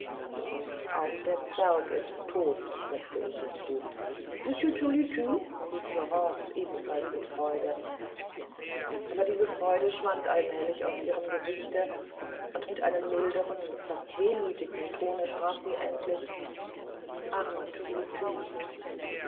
und auch der zwerg ist tot setzte ich hinzu monsieur türlütü rief laurence ebenfalls mit freude aber diese freude schwand allmählich aus ihrem gesichte und mit einem milderen fast wehmütigen tone sprach sie endlich